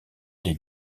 des